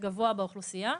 גבוה באוכלוסייה,